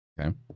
Okay